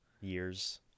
Years